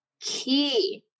key